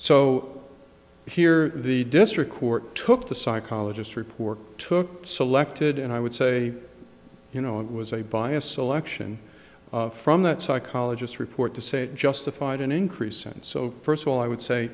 so here the district court took the psychologist report took selected and i would say you know it was a biased selection from that psychologists report to say it justified an increase and so first of all i would say